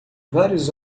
vários